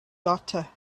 gotta